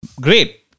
Great